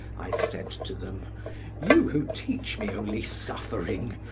i said to them you who teach me only suffering,